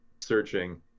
searching